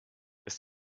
ist